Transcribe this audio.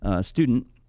student